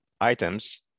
items